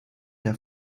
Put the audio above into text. der